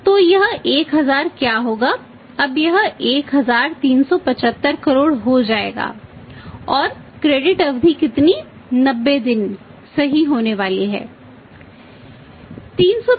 तो यह 1000 क्या होगा अब यह 1375 करोड़ हो जाएगा और क्रेडिट अवधि कितनी 90 दिन सही होने वाली है